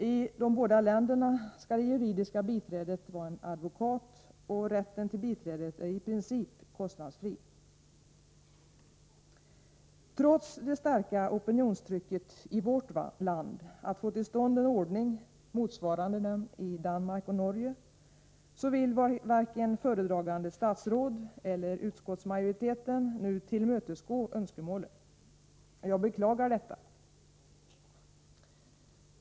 I de båda länderna skall det juridiska biträdet vara en advokat, och rätten till biträde är i princip kostnadsfri. Trots det starka opinionstrycket i vårt land att få till stånd en ordning motsvarande den i Danmark och Norge, vill varken föredragande statsråd eller utskottsmajoriteten tillmötesgå önskemålen. Jag beklagar detta.